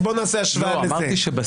אז בואו נעשה השוואה לזה.